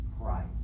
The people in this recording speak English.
Christ